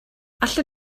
allwn